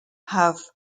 have